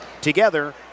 Together